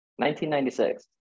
1996